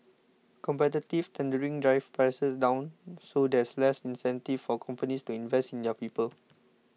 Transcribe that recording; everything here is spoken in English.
competitive tendering drives prices down so there's less incentive for companies to invest in their people